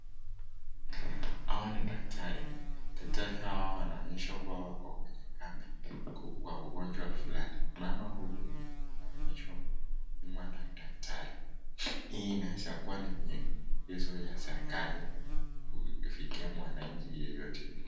Hawa ni daktari. Daktari hawa wanaonyesha kuwa wako kwenye kambi kwa ugonjwa fulani. Mama huyu anaonyeshwa kupimwa na daktari. Hii inaweza kuwa ni mijezo ya serikali kufikia mwananchi yeyote yule.